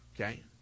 okay